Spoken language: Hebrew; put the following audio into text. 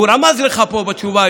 הוא רמז לך פה בתשובה,